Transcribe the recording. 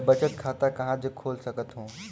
मैं बचत खाता कहां जग खोल सकत हों?